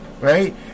right